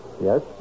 Yes